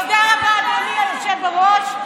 תודה רבה, אדוני היושב בראש.